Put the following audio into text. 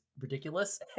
ridiculous